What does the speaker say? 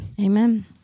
Amen